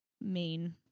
main